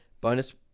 Bonus